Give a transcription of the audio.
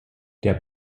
der